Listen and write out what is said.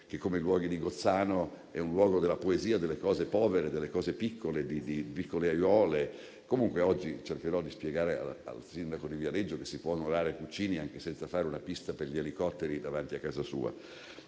che come i luoghi di Gozzano, è un luogo della poesia, delle cose povere, delle cose piccole, di piccole aiuole. Comunque oggi cercherò di spiegare al sindaco di Viareggio che si può onorare Puccini anche senza fare una pista per gli elicotteri davanti a casa sua.